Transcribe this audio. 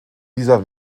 dieser